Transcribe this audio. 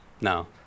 No